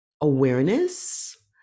awareness